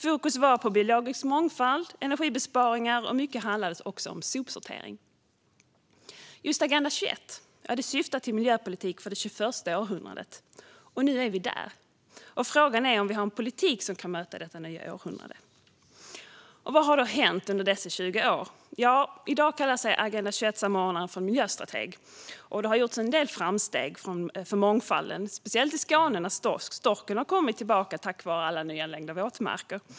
Fokus var på biologisk mångfald och energibesparingar, och mycket handlade också om sopsortering. Just Agenda 21 syftar till miljöpolitik för det 21:a århundradet. Nu är vi där. Frågan är om vi har en politik som kan möta detta nya århundrade. Vad har då hänt under dessa 20 år? Ja, i dag kallar sig Agenda 21-samordnaren för miljöstrateg. Det har gjorts en del framsteg för mångfalden. Det gäller speciellt i Skåne där storken har kommit tillbaka tack vare alla nyanlagda våtmarker.